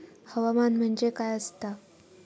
हवामान म्हणजे काय असता?